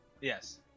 Yes